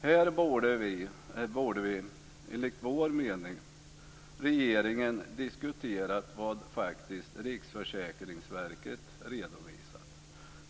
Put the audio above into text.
Här borde regeringen, enligt vår mening, ha diskuterat vad Riksförsäkringsverket redovisat.